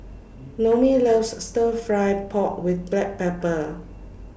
Noemie loves Stir Fry Pork with Black Pepper